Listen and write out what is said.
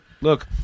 Look